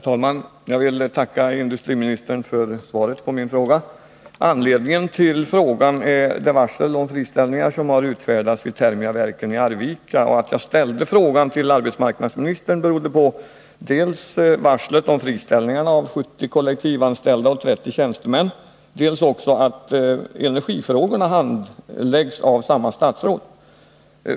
Herr talman! Jag vill tacka industriministern för svaret på min fråga. Anledningen till frågan är det varsel om friställningar som har utfärdats vid Thermia-Verken i Arvika. Att jag ställde frågan till arbetsmarknadsministern berodde dels på varslet om friställningar av 70 kollektivanställda och 30 tjänstemän, dels på att energifrågorna handläggs av samma statsråd.